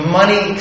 money